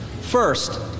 First